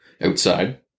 outside